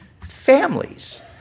families